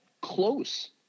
close